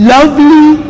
Lovely